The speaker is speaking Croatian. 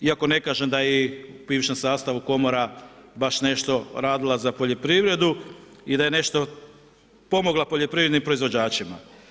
Iako ne kažem da je i u bivšem sastavu Komora baš nešto radila za poljoprivredu i da je nešto poljoprivrednim proizvođačima.